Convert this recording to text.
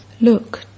Look